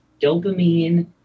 dopamine